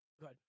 good